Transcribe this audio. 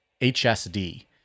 HSD